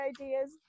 ideas